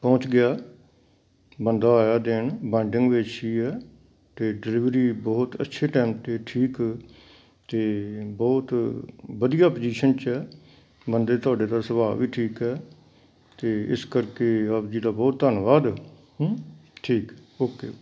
ਪਹੁੰਚ ਗਿਆ ਬੰਦਾ ਆਇਆ ਦੇਣ ਹੈ ਅਤੇ ਡਿਲੀਵਰੀ ਬਹੁਤ ਅੱਛੇ ਟਾਈਮ 'ਤੇ ਠੀਕ ਅਤੇ ਬਹੁਤ ਵਧੀਆ ਪੁਜ਼ੀਸ਼ਨ 'ਚ ਬੰਦੇ ਤੁਹਾਡੇ ਦਾ ਸੁਭਾਅ ਵੀ ਠੀਕ ਹੈ ਅਤੇ ਇਸ ਕਰਕੇ ਆਪ ਜੀ ਦਾ ਬਹੁਤ ਧੰਨਵਾਦ ਠੀਕ ਓਕੇ